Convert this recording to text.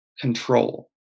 control